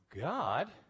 God